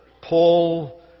Paul